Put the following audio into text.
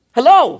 Hello